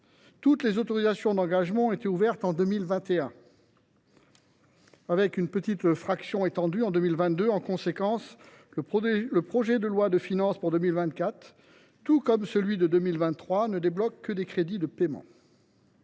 Toutes les autorisations d’engagement ont été ouvertes en 2021, et une petite fraction d’entre elles a été étendue à 2022. En conséquence, le projet de loi de finances pour 2024, tout comme celui de 2023, ne contient que des crédits de paiement.